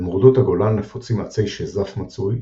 במורדות הגולן נפוצים עצי שיזף מצוי,